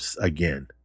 again